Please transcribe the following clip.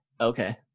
Okay